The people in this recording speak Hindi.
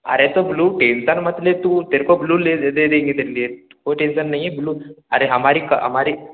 अरे तो ब्लू टेंशन मत ले तू तेरे को ब्लू ले दे देंगे तेरे लिए कोई टेंशन नहीं है ब्लू अरे हमारी हमारी